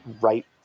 right